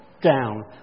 down